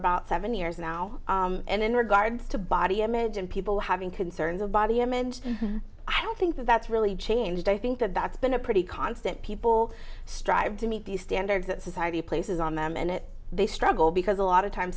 about seven years now and in regards to body image and people having concerns of body image i don't think that's really changed i think that that's been a pretty constant people strive to meet the standards that society places on them and they struggle because a lot of time